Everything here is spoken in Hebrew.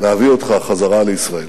להביא אותך חזרה לישראל.